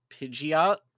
pidgeot